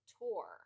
tour